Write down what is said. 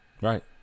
Right